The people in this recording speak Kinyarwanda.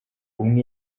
umwe